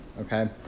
Okay